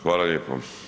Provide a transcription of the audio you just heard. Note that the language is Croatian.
Hvala lijepo.